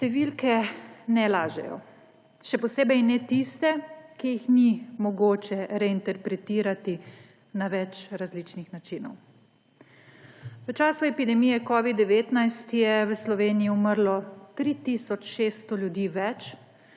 Številke ne lažejo. Še posebej ne tiste, ki jih ni mogoče reinterpretirati na več različnih načinov. V času epidemije covida-19 je v Slovenijiumrlo 3 tisoč 600 ljudi več